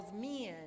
men